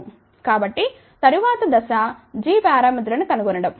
కాబట్టి తరువాత దశ g పారామితులను కనుగొనడం